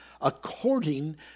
according